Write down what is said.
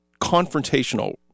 confrontational